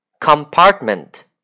Compartment